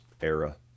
era